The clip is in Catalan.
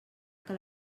que